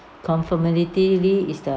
comfortability is the